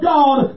God